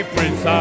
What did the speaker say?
Prince